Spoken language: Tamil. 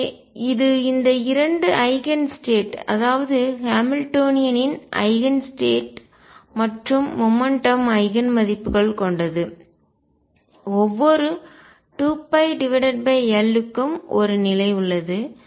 எனவே இது இந்த இரண்டு ஐகன் ஸ்டேட் அதாவது ஹாமில்டோனியனின் ஐகன் ஸ்டேட் மற்றும் மொமெண்ட்டும் ஐகன் மதிப்புகள் கொண்டது ஒவ்வொரு 2π L க்கும் ஒரு நிலை உள்ளது